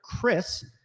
Chris